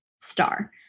star